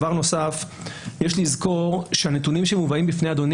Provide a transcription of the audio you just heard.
יש לזכור שהנתונים שמובאים בפני אדוני